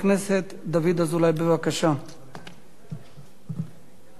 חוזרת לוועדת הכספים להכנה לקריאה